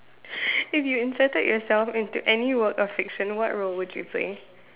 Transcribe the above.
if you inserted yourself into any work of fiction what role would you play